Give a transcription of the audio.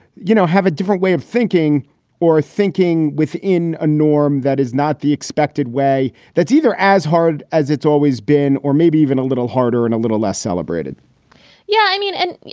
you know, have a different way of thinking or thinking within a norm. that is not the expected way. that's either as hard as it's always been or maybe even a little harder and a little less celebrated yeah. i mean, and,